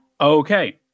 Okay